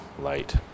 light